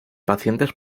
pacientes